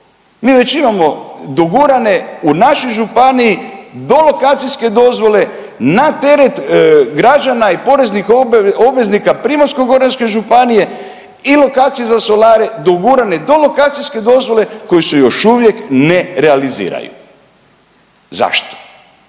Mi već imamo dogurane u našoj županiji do lokacijske dozvole na teret građana i poreznih obveznika Primorsko-goranske županije i lokacije za solare dogurane do lokacijske dozvole koje se još uvijek ne realiziraju. Zašto?